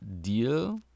deal